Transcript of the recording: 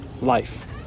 life